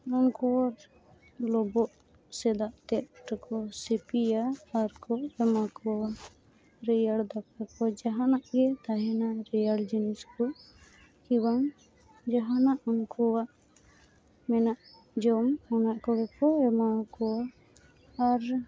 ᱩᱱᱠᱩ ᱦᱚᱸ ᱞᱳᱵᱳᱜ ᱥᱮ ᱫᱟᱜ ᱛᱮᱫ ᱨᱮᱠᱚ ᱥᱤᱯᱤᱭᱟ ᱟᱨᱠᱚ ᱮᱢᱟ ᱠᱚᱣᱟ ᱨᱮᱭᱟᱲ ᱫᱟᱠᱟ ᱠᱚ ᱡᱟᱦᱟᱱᱟᱜ ᱜᱮ ᱛᱟᱦᱮᱱᱟ ᱨᱮᱭᱟᱲ ᱡᱤᱱᱤᱥ ᱠᱚ ᱠᱤᱵᱟᱝ ᱡᱟᱦᱟᱸ ᱱᱟᱜ ᱩᱱᱠᱩᱭᱟᱜ ᱢᱮᱱᱟᱜ ᱡᱚᱢ ᱚᱱᱟ ᱠᱚᱜᱮ ᱠᱚ ᱮᱢᱟᱠᱚᱣᱟ ᱟᱨ